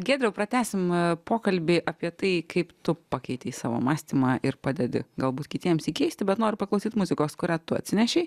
giedriau pratęsim pokalbį apie tai kaip tu pakeitei savo mąstymą ir padedi galbūt kitiems jį keisti bet noriu paklausyt muzikos kurią tu atsinešei